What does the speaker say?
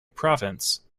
province